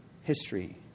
history